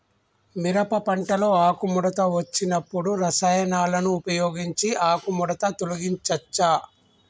మిరప పంటలో ఆకుముడత వచ్చినప్పుడు రసాయనాలను ఉపయోగించి ఆకుముడత తొలగించచ్చా?